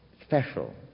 special